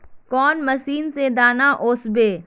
कौन मशीन से दाना ओसबे?